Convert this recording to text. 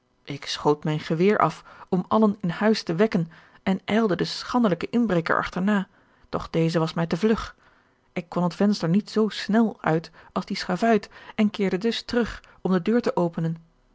ik schoot mijn geweer af om allen in huis te wekken en ijlde den schandelijken inbreker achterna doch deze was mij te vlug ik kon het venster niet zoo snél uit als die schavuit en keerde dus terug om de deur te openen